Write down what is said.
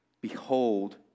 behold